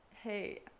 hey